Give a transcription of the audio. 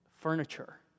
furniture